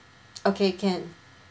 okay can